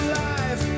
life